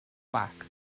back